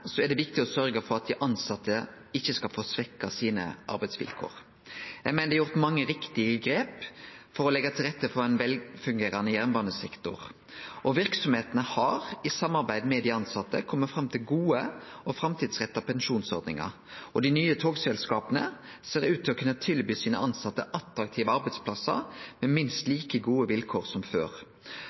er det viktig å sørgje for at dei tilsette ikkje skal få svekt arbeidsvilkåra sine. Eg meiner det er gjort mange riktige grep for å leggje til rette for ein velfungerande jernbanesektor, verksemdene har i samarbeid med dei tilsette kome fram til gode og framtidsretta pensjonsordningar, og dei nye togselskapa ser ut til å kunne tilby dei tilsette attraktive arbeidsplassar med minst like gode vilkår som før.